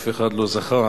אף אחד לא זכר